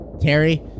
Terry